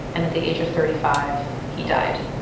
and at the age of thirty five, he died.